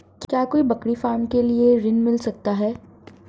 क्या कोई बकरी फार्म के लिए ऋण मिल सकता है?